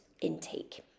intake